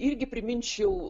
irgi priminčiau